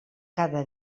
cada